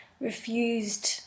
refused